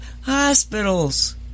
Hospitals